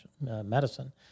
medicine